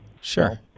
Sure